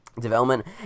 development